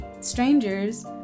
strangers